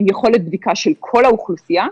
עם יכולת בדיקה של כל האוכלוסייה,